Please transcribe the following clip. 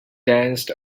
danced